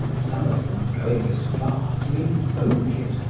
some of them going as far to invoke it,